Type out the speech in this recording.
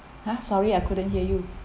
!huh! sorry I couldn't hear you